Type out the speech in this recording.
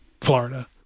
Florida